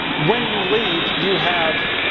when you leave you have,